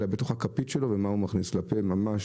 אלא בתוך הכפית שלו ומה הוא מכניס לפה ממש.